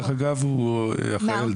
דרך